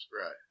Right